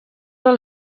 del